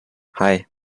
hei